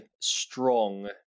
strong